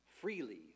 freely